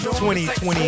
2020